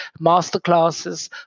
masterclasses